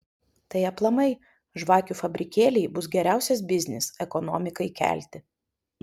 tai aplamai žvakių fabrikėliai bus geriausias biznis ekonomikai kelti